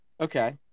Okay